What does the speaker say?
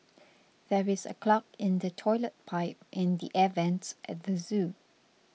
there is a clog in the Toilet Pipe and the Air Vents at the zoo